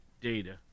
data